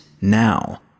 Now